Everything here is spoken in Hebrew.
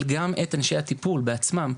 אבל גם את אנשי הטיפול בעצמם,